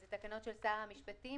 אלה תקנות של שר המשפטים,